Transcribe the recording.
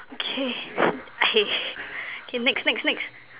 K K K next next next